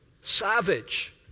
Savage